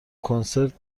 کنسرت